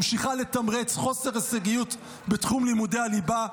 ממשיכה לתמרץ חוסר הישגיות בתחום לימודי הליבה,